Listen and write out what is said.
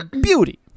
beauty